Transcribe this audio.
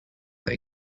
they